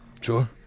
Sure